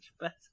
better